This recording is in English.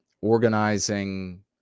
organizing